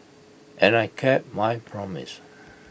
and I kept my promise